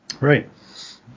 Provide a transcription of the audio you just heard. Right